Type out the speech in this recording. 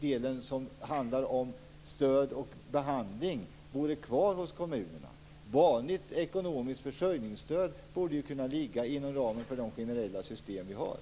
Den del som handlar om stöd och behandling skulle då vara kvar hos kommunerna, för ett vanligt ekonomiskt försörjningsstöd borde kunna ligga inom ramen för de generella system som vi har.